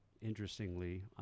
interestingly